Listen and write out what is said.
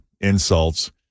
insults